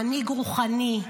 מנהיג רוחני,